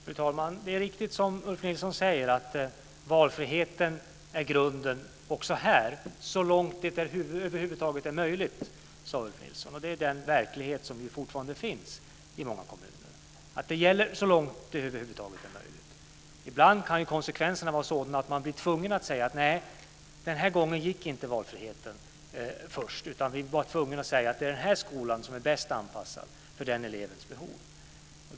Fru talman! Det är riktigt som Ulf Nilsson säger: Valfriheten är grunden också här. Så långt det över huvud taget är möjligt, sade Ulf Nilsson, och det är ju den verklighet som fortfarande finns i många kommuner. Detta gäller så långt det över huvud taget är möjligt. Ibland kan konsekvenserna vara sådana att man blir tvungen att säga: Nej, den här gången gick inte valfriheten först, utan vi var tvungna att säga att det är den här skolan som är bäst anpassad för den här elevens behov.